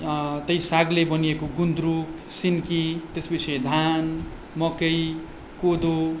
त्यहीँ सागले बनिएको गुन्द्रुक सिन्की त्यस पछि धान मकै कोदो